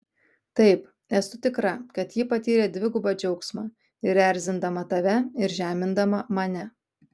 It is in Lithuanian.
taip esu tikra kad ji patyrė dvigubą džiaugsmą ir erzindama tave ir žemindama mane